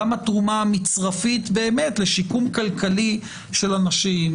והתרומה המצרפית לשיקום כלכלי של אנשים,